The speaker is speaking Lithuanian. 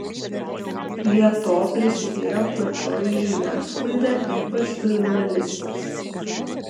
prie to prisidėjo plačioji žiniasklaida ypač žurnalistės